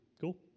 Cool